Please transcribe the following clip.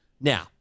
Now